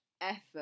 effort